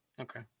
Okay